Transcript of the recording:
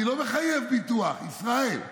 אני לא מחייב ביטוח, ישראל.